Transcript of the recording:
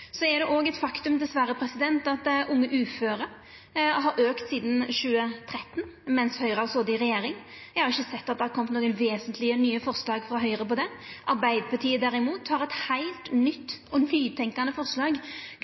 er dessverre òg eit faktum at talet på unge uføre har auka sidan 2013 medan Høgre har sete i regjering. Eg har ikkje sett at det har kome nokon vesentlege forslag frå Høgre på det. Arbeidarpartiet derimot har tenkt heilt nytt og har forslag